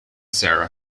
sarah